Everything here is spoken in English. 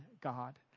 God